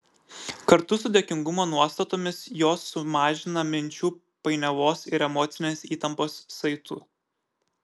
kartu su dėkingumo nuostatomis jos sumažina minčių painiavos ir emocinės įtampos saitų